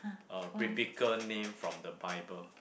uh biblical name from the bible